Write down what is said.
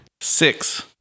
Six